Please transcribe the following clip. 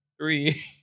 three